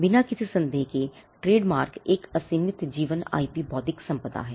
बिना किसी संदेह के ट्रेडमार्क एक असीमित जीवन आईपी बौद्धिक संपदा है